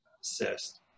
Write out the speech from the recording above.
cyst